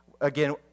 Again